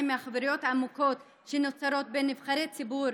מהחברויות העמוקות שנוצרות בין נבחרי ציבור,